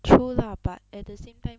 true lah but at the same time